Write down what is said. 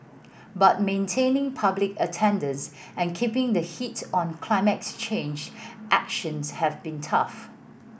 but maintaining public attendance and keeping the heat on climate change actions have been tough